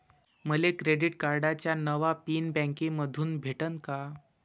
मले क्रेडिट कार्डाचा नवा पिन बँकेमंधून भेटन का?